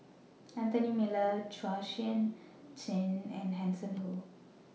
Anthony Miller Chua Sian Chin and Hanson Ho